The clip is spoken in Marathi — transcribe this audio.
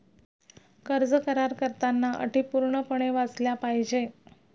कर्ज करार करताना अटी पूर्णपणे वाचल्या पाहिजे